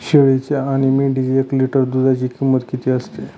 शेळीच्या आणि मेंढीच्या एक लिटर दूधाची किंमत किती असते?